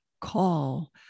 call